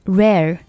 rare